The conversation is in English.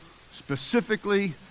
specifically